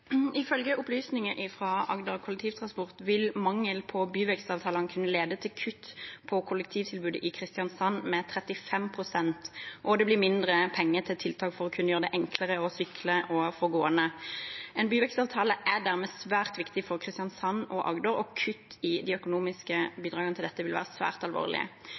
Ifølge opplysninger fra Agder kollektivtrafikk vil mangel på byvekstavtale kunne lede til kutt i kollektivtilbudet i Kristiansand med 35 pst., og det blir mindre penger til tiltak for å kunne gjøre det enklere for syklende og for gående. En byvekstavtale er dermed svært viktig for Kristiansand og Agder, og kutt i de økonomiske bidragene til dette vil være svært alvorlig.